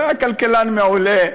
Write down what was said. הוא היה כלכלן מעולה.